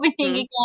again